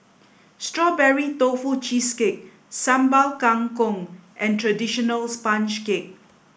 Strawberry Tofu Cheesecake Sambal Kangkong and traditional Sponge Cake